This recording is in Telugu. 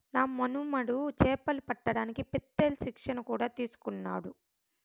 నా మనుమడు చేపలు పట్టడానికి పెత్తేల్ శిక్షణ కూడా తీసుకున్నాడు